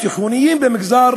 בתיכונים במגזר